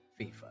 FIFA